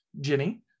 Jenny